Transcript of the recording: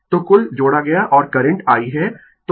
तो कुल जोड़ा गया और करंट I है